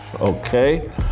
Okay